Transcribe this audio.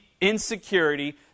insecurity